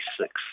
six